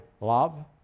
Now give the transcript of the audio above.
love